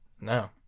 No